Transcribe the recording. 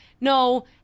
No